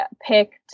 picked